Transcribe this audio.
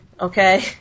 okay